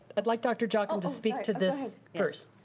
i'd like dr. jocham to speak to this first.